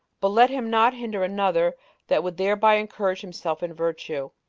but let him not hinder another that would thereby encourage himself in virtue.